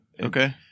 okay